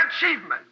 achievement